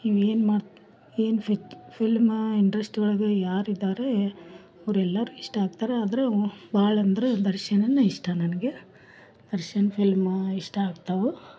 ಇವೇನು ಮಾಡ್ತಾ ಏನು ಫಿಲ್ಮ ಇಂಟ್ರೆಶ್ಟ್ ಒಳಗೆ ಯಾರಿದ್ದಾರೆ ಅವ್ರೆಲ್ಲರೂ ಇಷ್ಟ ಆಗ್ತಾರ ಆದ್ರೆ ಭಾಳಂದ್ರೆ ದರ್ಶನನ ಇಷ್ಟ ನನಗೆ ದರ್ಶನ್ ಫಿಲ್ಮ ಇಷ್ಟ ಆಗ್ತವೆ